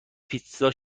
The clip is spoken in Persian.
پیتزا